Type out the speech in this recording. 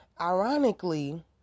ironically